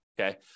Okay